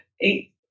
eight